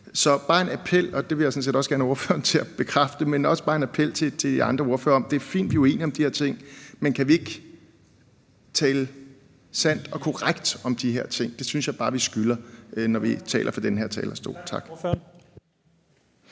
er bare en appel – og det vil jeg sådan set også gerne have ordføreren til at bekræfte – til de andre ordførere om, at det er fint, at vi er uenige om de her ting, men kan vi ikke tale sandt og korrekt om de her ting? Det synes jeg bare vi skylder, når vi taler fra den her talerstol. Tak.